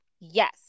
Yes